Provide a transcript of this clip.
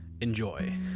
enjoy